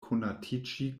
konatiĝi